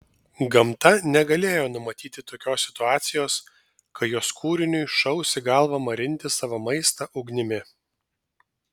gamta negalėjo numatyti tokios situacijos kai jos kūriniui šaus į galvą marinti savo maistą ugnimi